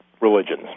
religions